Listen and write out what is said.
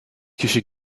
kişi